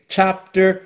Chapter